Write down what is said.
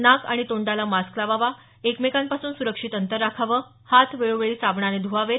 नाक आणि तोंडाला मास्क लावावा एकमेकांपासून सुरक्षित अंतर राखावं हात वेळोवेळी साबणाने धुवावेत